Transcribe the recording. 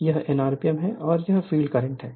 तो यह n rpm है और यह फील्ड करंट है